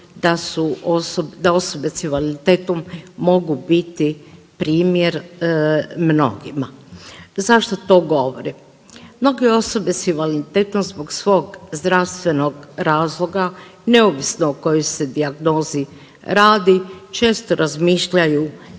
da osobe s invaliditetom mogu biti primjer mnogima. Zašto to govorim? Mnoge osobe s invaliditetom zbog svog zdravstvenog razloga, neovisno o kojoj se dijagnozi radi često razmišljaju